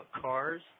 cars